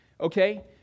Okay